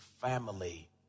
family